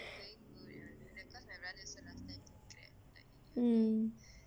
mm